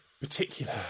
particular